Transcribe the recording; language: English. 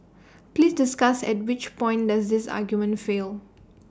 please discuss at which point does this argument fail